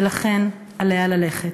ולכן עליה ללכת.